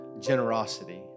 generosity